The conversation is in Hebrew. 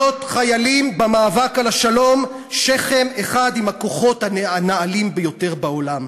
להיות חיילים במאבק על השלום שכם אחד עם הכוחות הנעלים ביותר בעולם".